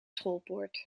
schoolpoort